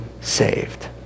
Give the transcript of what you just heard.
saved